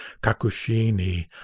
Kakushini